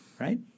right